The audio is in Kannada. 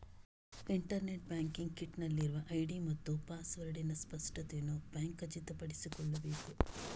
ಇಂಟರ್ನೆಟ್ ಬ್ಯಾಂಕಿಂಗ್ ಕಿಟ್ ನಲ್ಲಿರುವ ಐಡಿ ಮತ್ತು ಪಾಸ್ವರ್ಡಿನ ಸ್ಪಷ್ಟತೆಯನ್ನು ಬ್ಯಾಂಕ್ ಖಚಿತಪಡಿಸಿಕೊಳ್ಳಬೇಕು